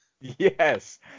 Yes